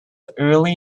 early